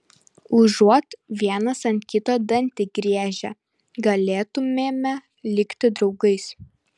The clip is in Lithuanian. užuot vienas ant kito dantį griežę galėtumėme likti draugais